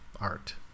art